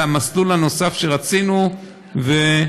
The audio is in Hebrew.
על המסלול הנוסף שרצינו וירד.